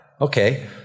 Okay